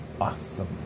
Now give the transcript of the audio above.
awesome